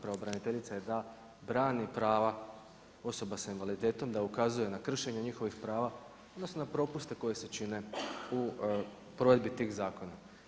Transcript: Pravobraniteljica je da brani prava osoba sa invaliditetom, da ukazuje na kršenje njihovih prava, odnosno na propuste koji se čine u provedbi tih zakona.